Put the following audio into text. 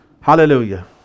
hallelujah